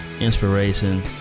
inspiration